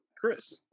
Chris